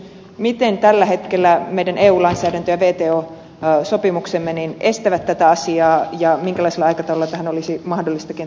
miten tällä hetkellä meidän eu lainsäädäntömme ja wto sopimuksemme estävät tätä asiaa ja minkälaisella aikataululla tähän olisi kenties mahdollista päästä